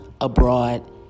abroad